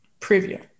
preview